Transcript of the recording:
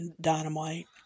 Dynamite